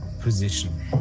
position